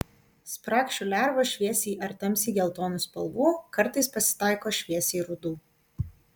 spragšių lervos šviesiai ar tamsiai geltonų spalvų kartais pasitaiko šviesiai rudų